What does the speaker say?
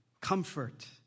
Comfort